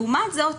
לעומת זאת,